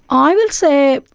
i would say,